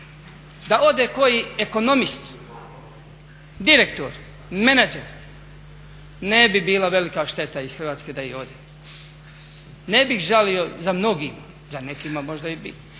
da ode koji ekonomist, direktor, menadžer ne bi bilo velika šteta iz Hrvatske da ode. Ne bih žalio za mnogima, za nekima možda i bih,